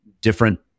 different